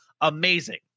amazing